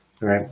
right